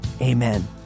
amen